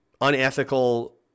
unethical